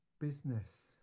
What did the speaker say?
business